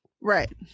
right